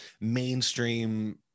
mainstream